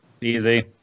Easy